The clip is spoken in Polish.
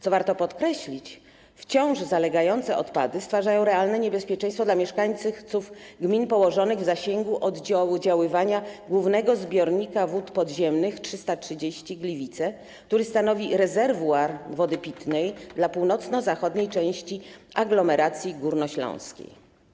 Co warto podkreślić, wciąż zalegające odpady stwarzają realne niebezpieczeństwo dla mieszkańców gmin położonych w zasięgu oddziaływania głównego zbiornika wód podziemnych nr 330 Gliwice, który stanowi rezerwuar wody pitnej dla północno-zachodniej części aglomeracji górnośląskiej.